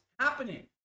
happening